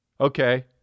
Okay